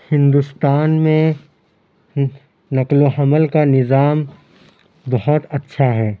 ہندوستان میں نقل و حمل کا نظام بہت اچھا ہے